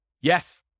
Yes